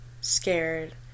scared